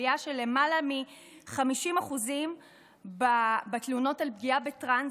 עלייה של למעלה מ-50% בתלונות על פגיעה בטרנסים,